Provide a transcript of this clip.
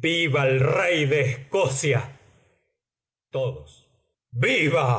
viva el rey de escocia todos viva